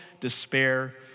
despair